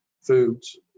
foods